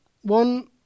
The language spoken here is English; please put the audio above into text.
one